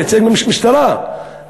מייצג משטרה,